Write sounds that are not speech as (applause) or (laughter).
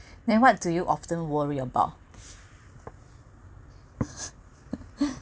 then what do you often worry about (laughs)